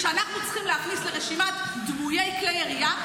כשאנחנו צריכים להכניס לרשימת דמויי כלי ירייה,